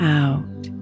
out